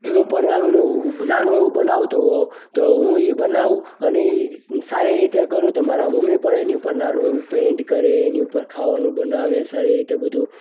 હું પણ નાનું એવું નાનું બનાવો તો હાવ તો હું એ બનાવું અને સારી રીતે કરું તે મારા મમ્મી પણ એની પર નાનું એવું પેન્ટ કરે એની ઉપર ખાવાનું બનાવે સારી રીતે બધું